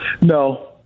No